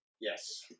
Yes